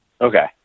Okay